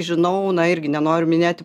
žinau irgi nenoriu minėti